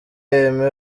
aimé